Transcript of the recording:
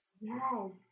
Yes